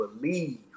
believe